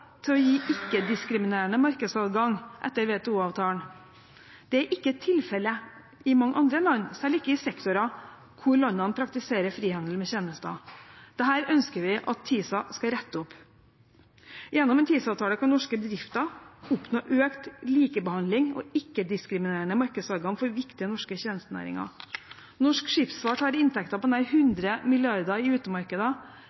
til å gi ikke-diskriminerende markedsadgang etter WTO-avtalen. Det er ikke tilfellet i mange andre land, særlig ikke i sektorer hvor landene praktiserer frihandel med tjenester. Dette ønsker vi at TISA skal rette opp. Gjennom en TISA-avtale kan norske bedrifter oppnå økt likebehandling og ikke-diskriminerende markedsadgang for viktige norske tjenestenæringer. Norsk skipsfart har inntekter på nær 100 mrd. kr i